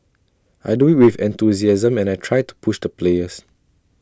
I do IT with enthusiasm and I try to push the players